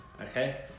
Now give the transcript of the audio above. okay